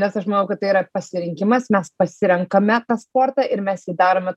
nes aš manau kad tai yra pasirinkimas mes pasirenkame tą sportą ir mes jį darome